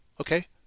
Okay